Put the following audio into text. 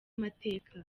amateka